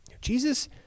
Jesus